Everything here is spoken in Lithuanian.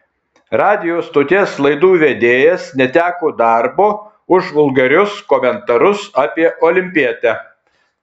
radijo stoties laidų vedėjas neteko darbo už vulgarius komentarus apie olimpietę